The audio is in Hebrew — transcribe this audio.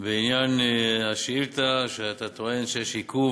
בעניין השאילתה שאתה טוען בה שיש עיכוב